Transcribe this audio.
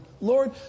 Lord